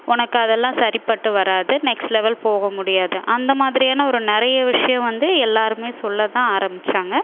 உனக்கு அதெல்லாம் சரிப்பட்டு வராது நெக்ஸ்ட் லெவல் போக முடியாது அந்த மாதிரியான ஒரு நிறைய விஷயம் வந்து எல்லோருமே சொல்லதான் ஆரம்மிச்சாங்க